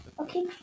Okay